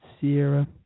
Sierra